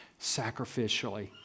sacrificially